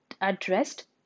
addressed